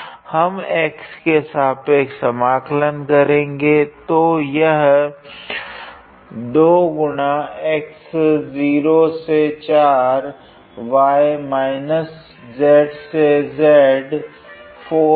हम x के सापेक्ष समाकलन करेगे